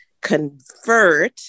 convert